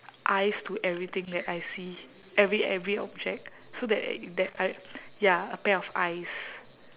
eyes to everything that I see every every object so that that I ya a pair of eyes